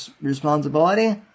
responsibility